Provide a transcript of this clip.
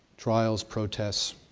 trials, protests,